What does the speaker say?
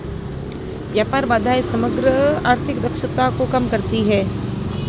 व्यापार बाधाएं समग्र आर्थिक दक्षता को कम करती हैं